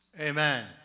Amen